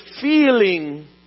feeling